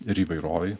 ir įvairovei